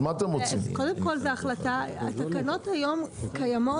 קודם כל התקנות היום קיימות,